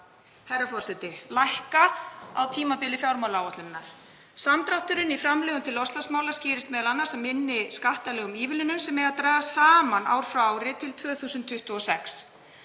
herra forseti, lækka á tímabili fjármálaáætlunarinnar. Samdrátturinn í framlögum til loftslagsmála skýrist m.a. af minni skattalegum ívilnunum sem eiga að dragast saman ár frá ári til 2026,